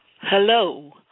Hello